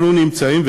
אנחנו נמצאים,